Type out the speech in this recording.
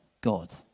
God